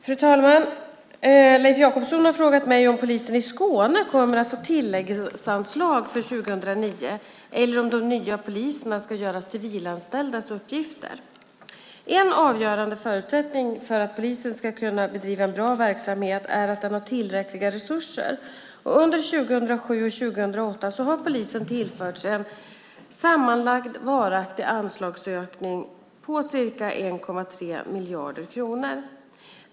Fru talman! Leif Jakobsson har frågat mig om polisen i Skåne kommer att få tilläggsanslag för 2009 eller om de nya poliserna ska göra civilanställdas uppgifter. En avgörande förutsättning för att polisen ska kunna bedriva en bra verksamhet är att den har tillräckliga resurser. Under 2007 och 2008 har polisen tillförts en sammanlagd varaktig anslagsökning på ca 1,3 miljarder kronor.